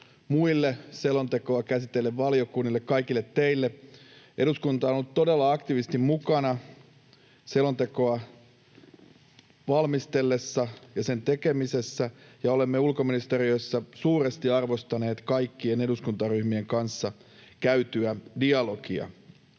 muille selontekoa käsitelleille valiokunnille, kaikille teille. Eduskunta on ollut todella aktiivisesti mukana selontekoa valmisteltaessa ja sen tekemisessä, ja olemme ulkoministeriössä suuresti arvostaneet kaikkien eduskuntaryhmien kanssa käytyä dialogia.